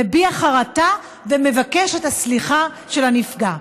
מביע חרטה ומבקש את הסליחה של הנפגע.